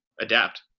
adapt